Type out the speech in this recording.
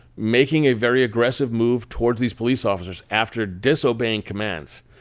making a very aggressive move towards these police officers after disobeying commands.